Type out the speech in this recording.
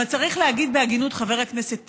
אבל צריך להגיד בהגינות, חבר הכנסת טיבי,